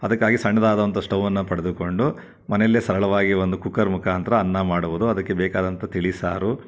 ಅದಕ್ಕಾಗಿ ಸಣ್ಣದಾದಂಥ ಸ್ಟವ್ ಅನ್ನು ಪಡೆದುಕೊಂಡು ಮನೆಯಲ್ಲೇ ಸರಳವಾಗಿ ಒಂದು ಕುಕ್ಕರ್ ಮುಖಾಂತರ ಅನ್ನ ಮಾಡುವುದು ಅದಕ್ಕೆ ಬೇಕಾದಂಥ ತಿಳಿ ಸಾರು